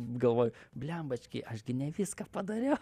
galvoju blembački aš gi ne viską padariau